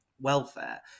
welfare